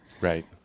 Right